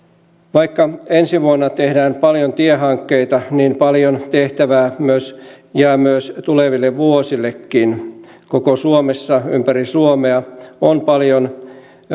vaikka ensi vuonna tehdään paljon tiehankkeita niin paljon tehtävää jää tuleville vuosillekin koko suomessa ympäri suomea on paljon